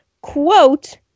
quote